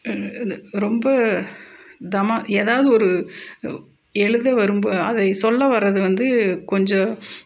இந்து ரொம்ப எதாவது ஒரு எழுத வரும்போது அதை சொல்ல வர்றது வந்து கொஞ்சம்